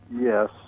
yes